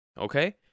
Okay